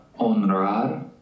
honrar